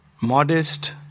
modest